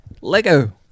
Lego